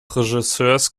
regisseurs